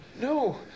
No